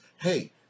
Hey